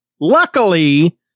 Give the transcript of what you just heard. Luckily